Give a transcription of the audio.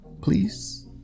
Please